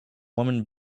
woman